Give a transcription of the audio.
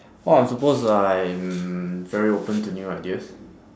oh I'm supposed I'm very open to new ideas